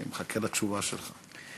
מחכה לתשובה שלך.